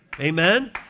Amen? (